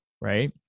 right